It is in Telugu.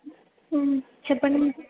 చెప్పండి మ్యామ్